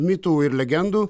mitų ir legendų